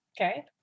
Okay